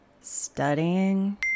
Studying